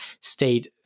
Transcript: state